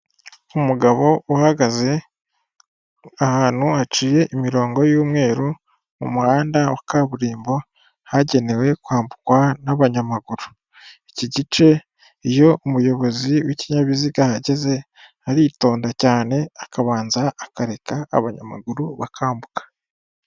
Umugabo uhagaze ahantu haciye imirongo y'umweru, mu muhanda wa kaburimbo, hagenewe kwambukwa n'abanyamaguru. Iki gice iyo umuyobozi w'ikinyabiziga ahageze, aritonda cyane akabanza akareka abanyamaguru bakambuka.